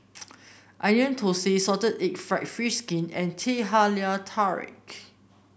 Onion Thosai Salted Egg fried fish skin and Teh Halia Tarik